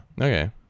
Okay